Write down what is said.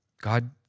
God